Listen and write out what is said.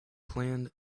plan